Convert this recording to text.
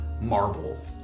marble